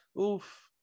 Oof